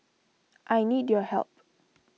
I need your help